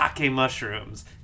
mushrooms